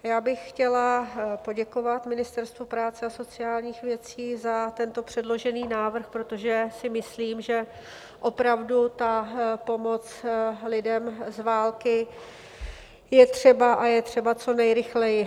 Já bych chtěla poděkovat Ministerstvu práce a sociálních věcí za tento předložený návrh, protože si myslím, že opravdu ta pomoc lidem z války je třeba a je třeba co nejrychleji.